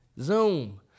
Zoom